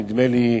נדמה לי,